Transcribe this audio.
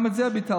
גם את זה ביטלתם.